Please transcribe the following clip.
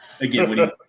Again